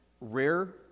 rare